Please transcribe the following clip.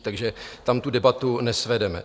Takže tam tu debatu nesvedeme.